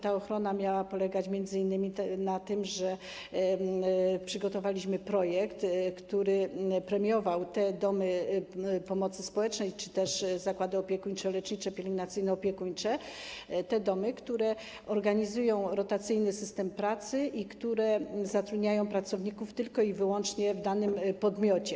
Ta ochrona miała polegać m.in. na tym, że przygotowaliśmy projekt, który premiował te domy pomocy społecznej czy zakłady opiekuńczo-lecznicze i pielęgnacyjno-opiekuńcze, które organizują rotacyjny system pracy i zatrudniają pracowników tylko i wyłącznie w danym podmiocie.